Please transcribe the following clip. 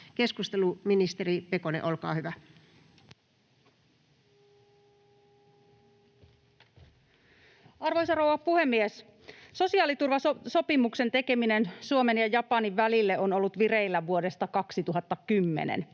— Ministeri Pekonen, olkaa hyvä. Arvoisa rouva puhemies! Sosiaaliturvasopimuksen tekeminen Suomen ja Japanin välille on ollut vireillä vuodesta 2010.